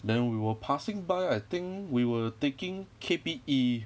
then we were passing by I think we were taking K_P_E